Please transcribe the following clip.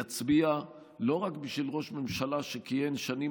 יצביע לא רק בשביל ראש ממשלה שכיהן שנים